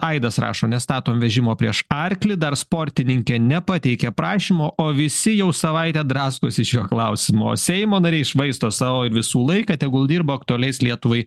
aidas rašo nestatom vežimo prieš arklį dar sportininkė nepateikia prašymo o visi jau savaitę draskosi šiuo klausimu o seimo nariai švaisto savo visų laiką tegul dirba aktualiais lietuvai